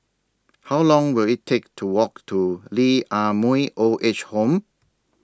How Long Will IT Take to Walk to Lee Ah Mooi Old Age Home